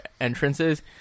entrances